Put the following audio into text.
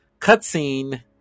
Cutscene